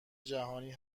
جهانی